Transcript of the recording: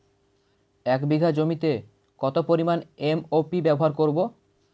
এক বিঘা জমিতে কত পরিমান এম.ও.পি ব্যবহার করব?